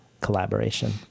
collaboration